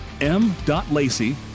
m.lacey